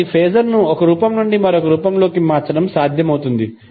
కాబట్టి ఫేజర్ ను ఒక రూపం నుండి మరొక రూపంలోకి మార్చడం సాధ్యమవుతుంది